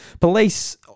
Police